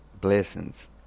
blessings